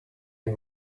you